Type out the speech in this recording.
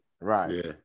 Right